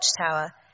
watchtower